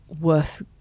worth